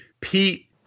Pete